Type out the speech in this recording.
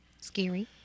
Scary